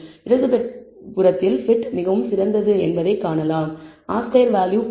இடதுபுறத்தில் fit மிகவும் சிறந்தது என்பதைக் காணலாம் r ஸ்கொயர் வேல்யூ 0